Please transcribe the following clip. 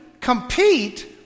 compete